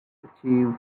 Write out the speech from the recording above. achieve